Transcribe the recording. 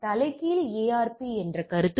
இது முக்கியத்துவமிக்க வேறுபாடா